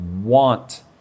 want